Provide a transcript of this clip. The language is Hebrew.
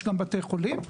יש גם בתי חולים.